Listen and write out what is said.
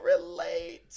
relate